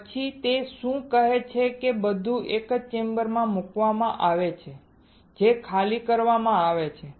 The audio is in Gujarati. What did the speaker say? પછી તે શું કહે છે કે બધું એક ચેમ્બરમાં મૂકવામાં આવે છે જે ખાલી કરવામાં આવે છે